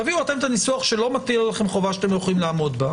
תביאו את הניסוח שלא מטיל עליכם חובה שאתם לא יכולים לעמוד בה.